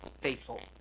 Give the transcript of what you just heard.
faithful